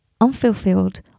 unfulfilled